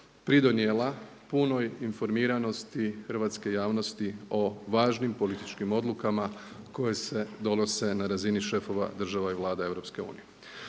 pridonijela punoj informiranosti hrvatske javnosti o važim političkim odlukama koje se donose na razini šefova država i vlada EU.